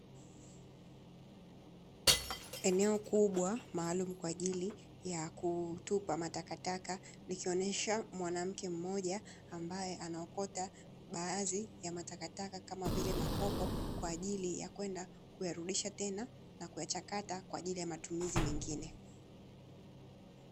Eneo kubwa maalam kwa ajili ya kutupa matakataka likionyesha mwanamke mmoja ambaye anaokota baadhi ya matakata, kama vile makopo, kwa ajili ya kwenda kuyarudisha tena na kuyachakata kwa ajili ya matumizi mengine.